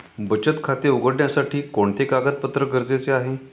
बचत खाते उघडण्यासाठी कोणते कागदपत्रे गरजेचे आहे?